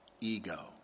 ego